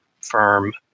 firm